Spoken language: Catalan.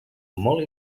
molt